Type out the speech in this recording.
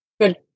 Good